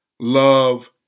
love